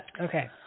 Okay